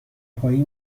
پایی